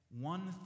one